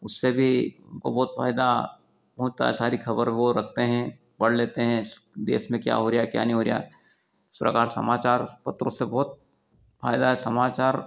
उससे भी बहुत फ़ायदा होता है सारी खबर वह रखते हैं पढ़ लेते हैं देश में क्या हो रहा क्या नहीं हो रहा इस प्रकार समाचार पत्रों से बहुत फ़ायदा हे समाचार